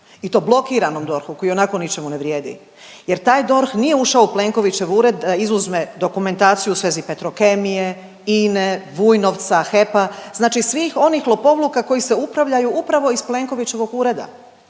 i to blokiranom DORH-u koji ionako ničemu ne vrijedi jer taj DORH nije ušao u Plenkovićev ured da izuzme dokumentaciju u svezi Petrokemije, INA-e, Vujnovca, HEP-a, znači svih onih lopovluka koji se upravljaju upravo iz Plenkovićevog ureda.